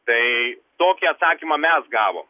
tai tokį atsakymą mes gavom